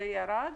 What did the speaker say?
זה ירד?